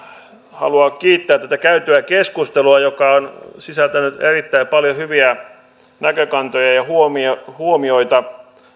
haluan kiittää tätä käytyä keskustelua joka on sisältänyt erittäin paljon hyviä näkökantoja ja huomioita